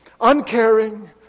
uncaring